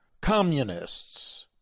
communists